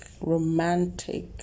romantic